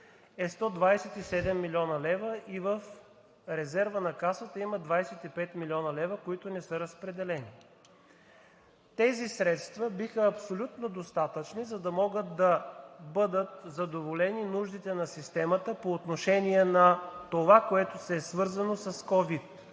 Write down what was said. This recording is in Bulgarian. е 127 млн. лв. и в резерва на Касата има 25 млн. лв., които не са разпределени. Тези средства биха били абсолютно достатъчни, за да могат да бъдат задоволени нуждите на системата по отношение на това, което е свързано с ковид.